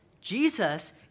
Jesus